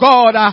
God